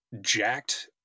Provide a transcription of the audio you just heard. jacked